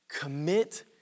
commit